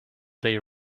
they